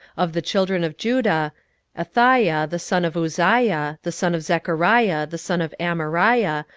of the children of judah athaiah the son of uzziah, the son of zechariah, the son of amariah,